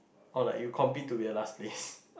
or like you compete to be the last place